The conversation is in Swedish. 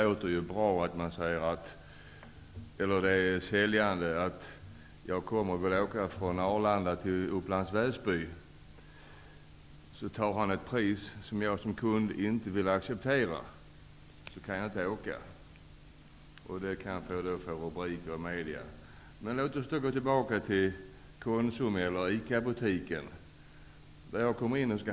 Om jag vill åka taxi från Arlanda till Upplands Väsby och taxichauffören tar ett pris som jag som kund inte vill acceptera, kan jag inte åka. Detta kan få rubriker i media. Vi kan emellertid jämföra med Konsum eller ICA-butiken. Jag skall köpa en liter mjölk.